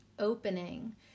opening